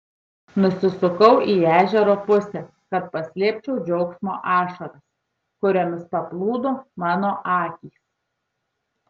nusisukau į ežero pusę kad paslėpčiau džiaugsmo ašaras kuriomis paplūdo mano akys